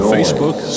Facebook